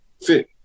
fit